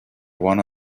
one